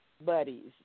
buddies